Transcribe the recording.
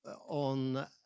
on